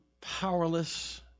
powerless